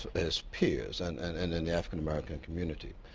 as peers and and and in the african american community,